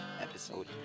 episode